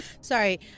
Sorry